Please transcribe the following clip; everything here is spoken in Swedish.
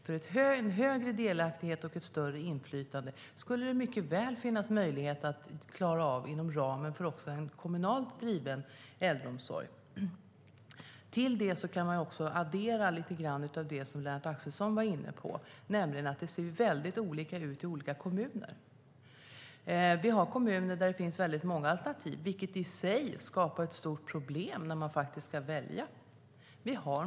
Det skulle mycket väl finnas möjlighet att klara av en större delaktighet och ett större inflytande också inom ramen för en kommunalt driven äldreomsorg. Till detta kan man addera lite grann av det som Lennart Axelsson var inne på, nämligen att det ser mycket olika ut i olika kommuner. Vi har kommuner där det finns väldigt många alternativ, vilket i sig skapar ett stort problem när man faktiskt ska välja.